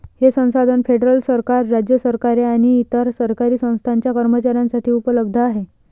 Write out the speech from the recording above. हे संसाधन फेडरल सरकार, राज्य सरकारे आणि इतर सरकारी संस्थांच्या कर्मचाऱ्यांसाठी उपलब्ध आहे